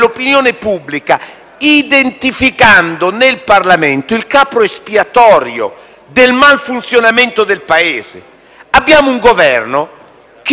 identificando nel Parlamento il capro espiatorio del malfunzionamento del Paese. Abbiamo un Governo che ha paralizzato